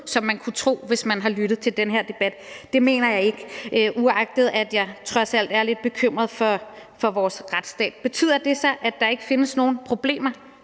som man kunne tro, hvis man har lyttet til den her debat? Det mener jeg ikke, uagtet at jeg trods alt er lidt bekymret for vores retsstat. Betyder det så, at der ikke findes nogen problemer?